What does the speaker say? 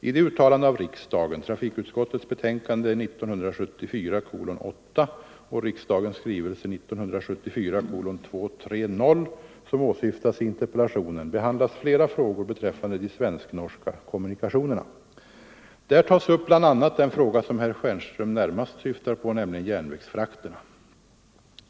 I det uttalande av riksdagen — trafikutskottets betänkande 1974:8 och riksdagens skrivelse 1974:230 — som åsyftas i interpellationen behandlas flera frågor beträffande de svensk-norska kommunikationerna. Där tas upp bl.a. den fråga som herr Stjernström närmast syftar på, nämligen järnvägsfrakterna.